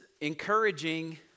encouraging